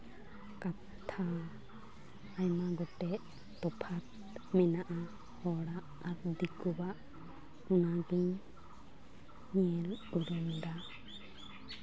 ᱠᱟᱛᱷᱟ ᱟᱭᱢᱟ ᱜᱚᱴᱮᱡ ᱛᱚᱯᱷᱟᱛ ᱢᱮᱱᱟᱜᱼᱟ ᱦᱚᱲᱟᱜ ᱟᱨ ᱫᱤᱠᱩᱣᱟᱜ ᱚᱱᱟᱜᱮ ᱧᱮᱞ ᱩᱨᱩᱢᱮᱫᱟ